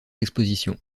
expositions